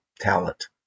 talent